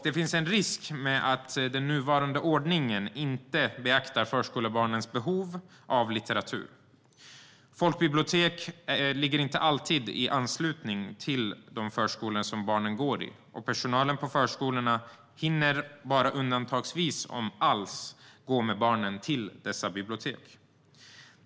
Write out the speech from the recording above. Det finns en risk att man i den nuvarande ordningen inte beaktar förskolebarnens behov av litteratur. Folkbibliotek ligger inte alltid i anslutning till de förskolor som barnen går i. Och personalen på förskolorna hinner bara undantagsvis, om alls, gå med barnen till dessa bibliotek.